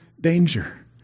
danger